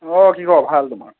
অ' কি খবৰ ভাল তোমাৰ